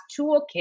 toolkit